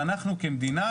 ואנחנו כמדינה,